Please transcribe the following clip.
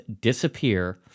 disappear